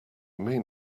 mean